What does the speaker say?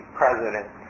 president